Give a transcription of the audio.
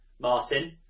Martin